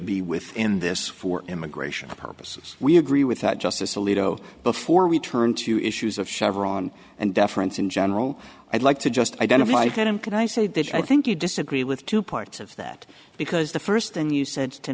be within this for immigration purposes we agree with that justice alito before we turn to issues of chevron and deference in general i'd like to just identify him can i say that i think you disagree with two parts of that because the first thing you said to